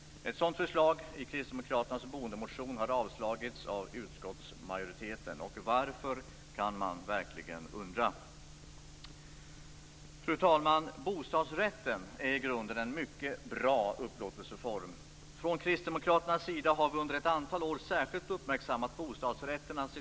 Ett sådant förslag i Kristdemokraternas boendemotion har avstyrkts av utskottsmajoriteten. Man kan verkligen undra varför. Fru talman! Bostadsrätten är i grunden en mycket bra upplåtelseform. Från Kristdemokraternas sida har vi under ett antal år särskilt uppmärksammat bostadsrätternas situation.